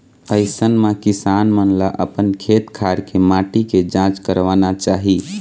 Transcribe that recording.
अइसन म किसान मन ल अपन खेत खार के माटी के जांच करवाना चाही